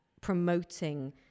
promoting